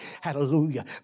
hallelujah